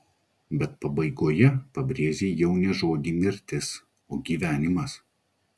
bet pabaigoje pabrėžei jau ne žodį mirtis o gyvenimas